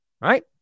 Right